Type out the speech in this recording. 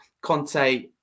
Conte